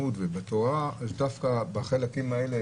ובתורה היא דווקא בחלקים האלה,